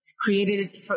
created